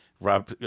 rob